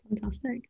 Fantastic